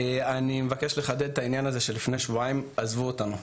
אני מבקש לחדד את העניין הזה שלפני שבועיים עזבו אותנו.